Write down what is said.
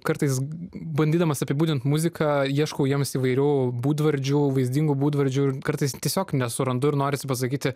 kartais bandydamas apibūdint muziką ieškau jiems įvairių būdvardžių vaizdingų būdvardžių ir kartais tiesiog nesurandu ir norisi pasakyti